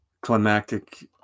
climactic